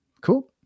cool